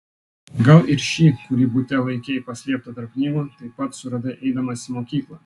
gal ir šį kurį bute laikei paslėptą tarp knygų taip pat suradai eidamas į mokyklą